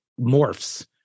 morphs